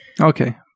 Okay